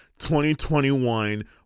2021